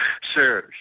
Sure